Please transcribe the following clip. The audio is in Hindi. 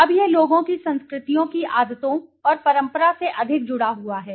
अब यह लोगों की संस्कृतियों की आदतों और परंपरा से अधिक जुड़ा हुआ है